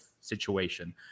situation